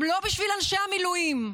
גם לא בשביל אנשי המילואים,